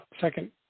second